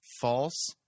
false